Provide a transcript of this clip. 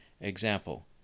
Example